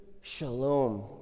shalom